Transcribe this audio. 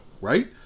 right